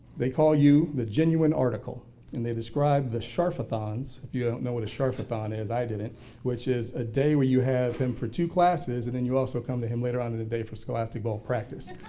they call you the genuine article and they described the scharf-a-thons, if you don't know what a scharf-a-thon is, i didn't which is a day where you have him for two classes and then and you also come to him later on in the day for scholastic bowl practice.